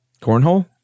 Cornhole